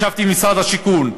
ישבתי עם משרד השיכון,